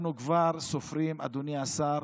אנחנו כבר סופרים, אדוני השר,